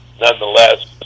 nonetheless